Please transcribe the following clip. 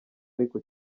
ariko